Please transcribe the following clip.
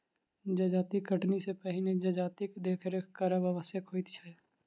जजाति कटनी सॅ पहिने जजातिक देखरेख करब आवश्यक होइत छै